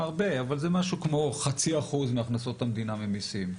הרבה אבל זה משהו כמו 0.5% מהכנסות המדינה ממסים.